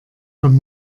von